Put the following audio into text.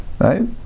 Right